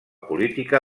política